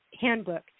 handbook